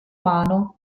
mano